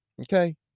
okay